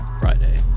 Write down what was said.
Friday